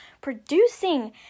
producing